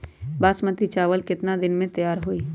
बासमती चावल केतना दिन में तयार होई?